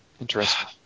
Interesting